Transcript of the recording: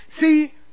See